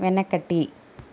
వెనకటి